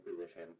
position